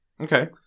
Okay